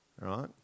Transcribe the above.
right